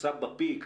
תפוסה בפיק,